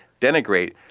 denigrate